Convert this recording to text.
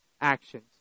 actions